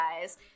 guys